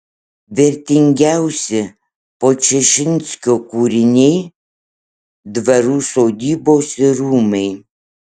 vertingiausi podčašinskio kūriniai dvarų sodybos ir rūmai